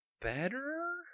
better